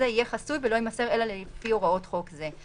יהיה חסוי ולא יימסר אלא לפי הוראות חוק זה.